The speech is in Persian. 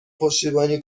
پشتیبانی